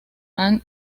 han